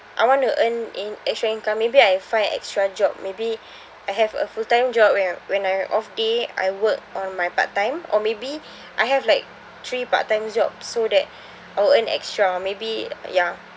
I want to earn in extra income maybe I find extra job maybe I have a fulltime job when when I off day I work on my part-time or maybe I have like three part-time jobs so that I'll earn extra maybe ya